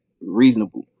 reasonable